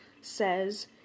says